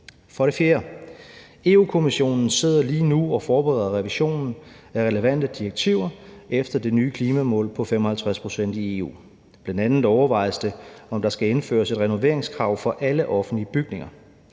Europa-Kommissionen lige nu og forbereder revisionen af relevante direktiver efter det nye klimamål på 55 pct. i EU. Det overvejes bl.a., om der skal indføres et renoveringskrav for alle offentlige bygninger.